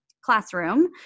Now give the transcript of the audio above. classroom